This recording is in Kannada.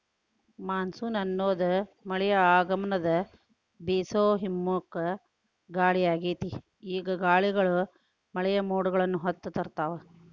ಮಾನ್ಸೂನ್ ಅನ್ನೋದು ಮಳೆಯ ಆಗಮನದ ಬೇಸೋ ಹಿಮ್ಮುಖ ಗಾಳಿಯಾಗೇತಿ, ಈ ಗಾಳಿಗಳು ಮಳೆಯ ಮೋಡಗಳನ್ನ ಹೊತ್ತು ತರ್ತಾವ